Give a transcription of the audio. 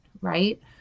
right